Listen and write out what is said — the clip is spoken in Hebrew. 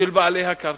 של בעלי הקרקע.